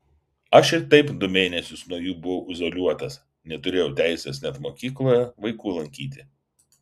aš ir taip du mėnesius nuo jų buvau izoliuotas neturėjau teisės net mokykloje vaikų lankyti